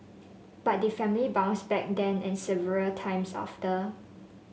but the family bounced back then and several times after